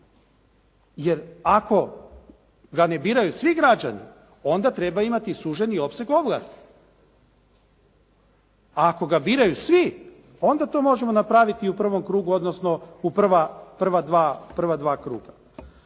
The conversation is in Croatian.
Jer ako ga ne biraju svi građani, onda treba imati suženi opseg ovlasti. A ako ga biraju svi, onda to možemo napraviti u prvom krugu, odnosno u prva 2 kruga.